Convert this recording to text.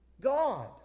God